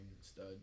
stud